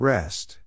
Rest